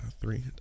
three